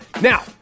Now